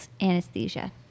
anesthesia